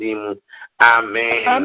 Amen